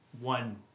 one